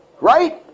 Right